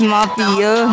Mafia